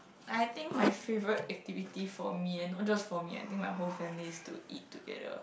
I think my favourite activity for me and not just for me I think my whole family is to eat together